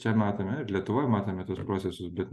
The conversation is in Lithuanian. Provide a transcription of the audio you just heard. čia matome ir lietuvoj matome tuos procesus bet